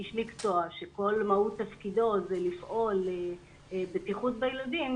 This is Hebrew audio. איש מקצוע שכל מהות תפקידו זה לפעול לבטיחות בילדים,